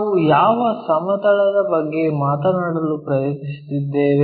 ನಾವು ಯಾವ ಸಮತಲದ ಬಗ್ಗೆ ಮಾತನಾಡಲು ಪ್ರಯತ್ನಿಸುತ್ತಿದ್ದೇವೆ